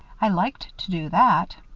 i liked to do that.